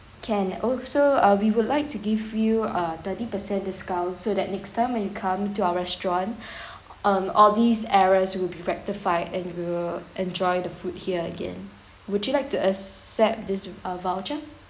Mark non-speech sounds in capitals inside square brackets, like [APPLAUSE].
can also uh we would like to give you a thirty percent discount so that next time when you come to our restaurant [BREATH] um all these errors will be rectified and you'll enjoy the food here again would you like to accept this uh voucher